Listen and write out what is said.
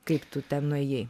kaip tu ten nuėjai